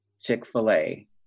Chick-fil-A